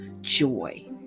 joy